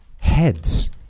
heads